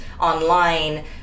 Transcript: online